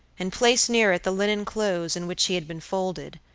and place near it the linen clothes in which he had been folded,